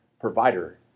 provider